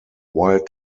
while